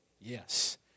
Yes